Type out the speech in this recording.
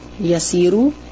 Yasiru